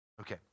Okay